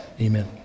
Amen